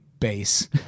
Base